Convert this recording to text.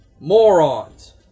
morons